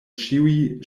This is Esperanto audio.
ĉiuj